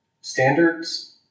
standards